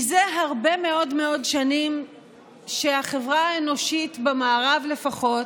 זה הרבה מאוד שנים שהחברה האנושית, במערב לפחות,